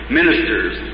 ministers